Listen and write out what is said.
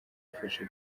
afashe